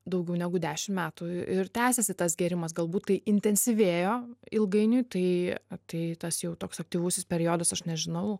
daugiau negu dešimt metų ir tęsėsi tas gėrimas galbūt tai intensyvėjo ilgainiui tai tai tas jau toks aktyvusis periodas aš nežinau